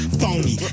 phony